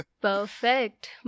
Perfect